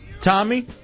Tommy